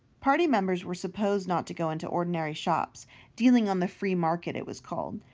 party members were supposed not to go into ordinary shops dealing on the free market, it was called,